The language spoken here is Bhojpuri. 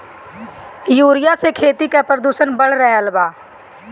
यूरिया से खेती क प्रदूषण बढ़ रहल बा